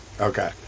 Okay